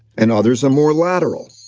and others are more lateral.